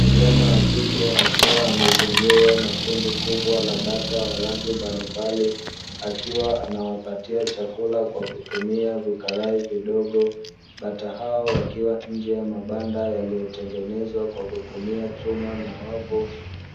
Kijana wa kike akiwa amezingirwa na kundi kubwa la bata wa rangi mbalimbali, akiwa anawapatia chakula kwa kutumia vikarai vidogo. Bata hao wakiwa nje ya mabanda yaliotengenezwa kwa kutumia chuma na wavu.